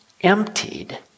emptied